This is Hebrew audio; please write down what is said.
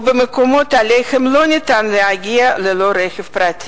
או במקומות שאליהם לא ניתן להגיע ללא רכב פרטי.